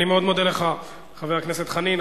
אני מאוד מודה לך, חבר הכנסת חנין.